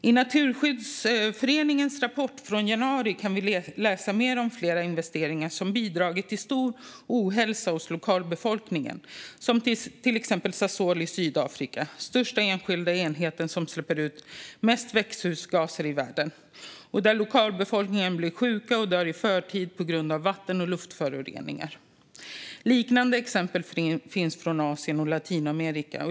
I Naturskyddsföreningens rapport från januari kan vi läsa om flera investeringar som bidragit till stor ohälsa hos lokalbefolkningen. Det gäller till exempel Sasol i Sydafrika, den enskilda enhet som släpper ut mest växthusgaser i världen. Lokalbefolkningen blir sjuk och dör i förtid på grund av vatten och luftföroreningar. Liknande exempel finns från Asien och Latinamerika.